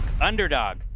underdog